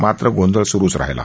मात्र गोंधळ सुरुच राहिला